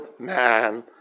man